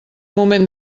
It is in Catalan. moment